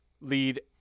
lead